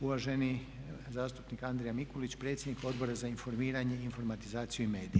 Uvaženi zastupnik Andrija Mikulić, predsjednik Odbora za informiranje, informatizaciju i medije.